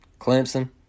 Clemson